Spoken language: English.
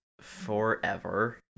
forever